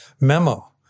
Memo